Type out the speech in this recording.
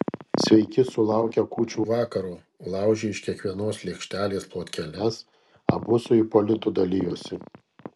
sveiki sulaukę kūčių vakaro laužė iš kiekvienos lėkštelės plotkeles abu su ipolitu dalijosi